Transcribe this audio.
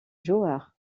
joueur